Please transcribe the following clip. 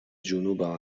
جنوبم